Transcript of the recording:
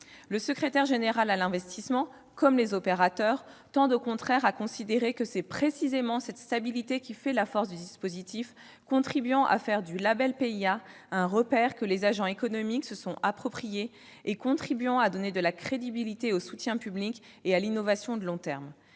Le secrétariat général pour l'investissement, ainsi que les opérateurs, tendent au contraire à considérer que c'est précisément cette stabilité qui fait la force du dispositif : elle contribue à faire du label PIA un repère que les agents économiques se sont approprié et qui tend à apporter de la crédibilité au soutien public à l'innovation de long terme.